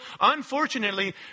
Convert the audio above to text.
Unfortunately